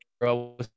girl